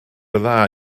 ddau